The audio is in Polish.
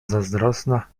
zazdrosna